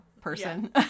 person